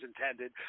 intended